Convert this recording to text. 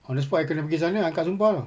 on the spot I kena pergi sana angkat sumpah lah